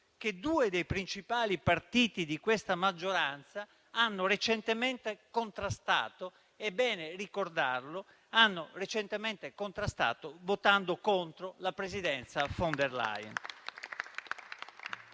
che due dei principali partiti di questa maggioranza hanno recentemente contrastato - è bene ricordarlo - votando contro la presidenza von der Leyen.